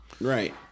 Right